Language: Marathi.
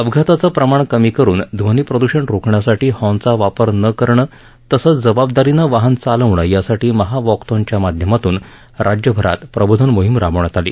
अपघाताचं प्रमाण कमी करून ध्वनिप्रदृषण रोखण्यासाठी हॉर्नचा वापर न करणं तसंच जबाबदारीनं वाहन चालवणं यासाठी महावाकथॉनच्या माध्यमातून राज्यभरात प्रबोधन मोहिम राबवण्यात आली